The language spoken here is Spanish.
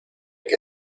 que